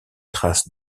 traces